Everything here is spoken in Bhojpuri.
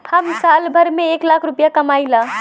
हम साल भर में एक लाख रूपया कमाई ला